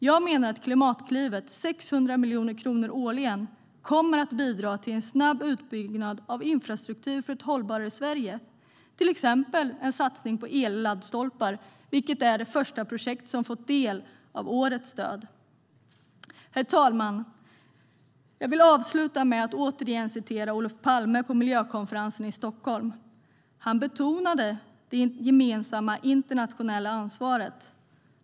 Jag menar att Klimatklivet, 600 miljoner kronor årligen, kommer att bidra till en snabb utbyggnad av infrastruktur för ett hållbarare Sverige, till exempel en satsning på elladdstolpar, vilket är det första projekt som fått del av årets stöd. Herr talman! Jag vill avsluta med att återigen citera Olof Palme på miljökonferensen i Stockholm. Han betonade det gemensamma internationella ansvaret.